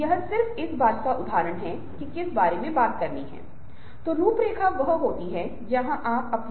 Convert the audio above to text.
यदि आप वैज्ञानिक साहित्य के बारे में बात कर रहे हैं यदि आप रेखांकन दिखाते हैं तो विजुअल एक पूरक है